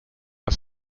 are